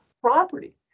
property